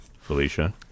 Felicia